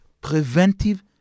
preventive